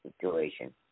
situation